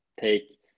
take